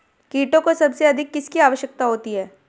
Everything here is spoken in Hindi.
कीटों को सबसे अधिक किसकी आवश्यकता होती है?